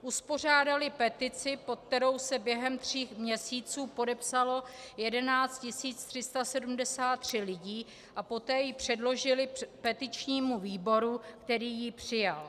Uspořádali petici, pod kterou se během tří měsíců podepsalo 11 373 lidí, a poté ji předložili petičnímu výboru, který ji přijal.